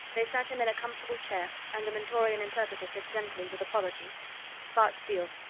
they sat him in a comfortable chair, and the mentorian interpreter said gently, with apology bart steele,